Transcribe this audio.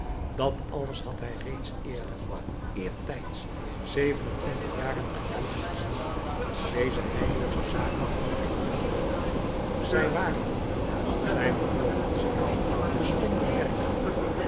dat alles had hij reeds eerder eertijds zeven en twintig jaren geleden gezien deze heillooze zaken vond hij hier terug zij waren hier zij bewogen zich bestonden werkelijk